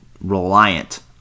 reliant